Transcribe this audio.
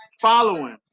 following